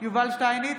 יובל שטייניץ,